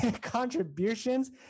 contributions